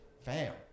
Fam